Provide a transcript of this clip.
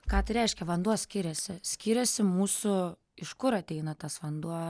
ką tai reiškia vanduo skiriasi skiriasi mūsų iš kur ateina tas vanduo